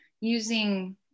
using